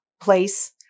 place